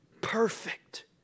Perfect